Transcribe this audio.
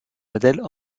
modèles